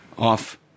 off